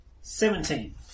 Seventeen